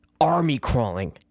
army-crawling